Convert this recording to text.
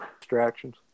Distractions